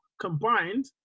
Combined